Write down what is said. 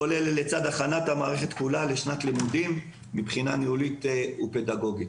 כולל הכנת המערכת לשנת לימודים מבחינה לימודית ופדגוגית.